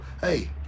hey